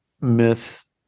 myth